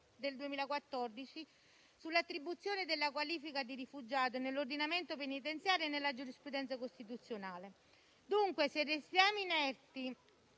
del 2014 sull'attribuzione della qualifica di rifugiato nell'ordinamento penitenziario e nella giurisprudenza costituzionale. Dunque, se restiamo inerti